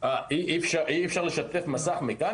שטח שיפוט ארבעת אלפים שלוש מאות דונם,